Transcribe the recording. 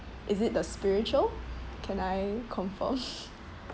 is it the spiritual can I confirm